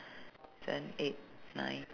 seven eight nine